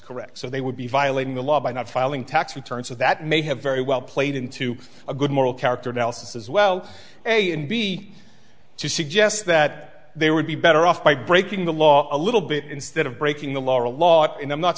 correct so they would be violating the law by not filing tax returns so that may have very well played into a good moral character analysis as well a and b to suggest that they would be better off by breaking the law a little bit instead of breaking the law a lot and i'm not